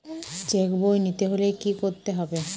Check বই নিতে হলে কি করতে হবে?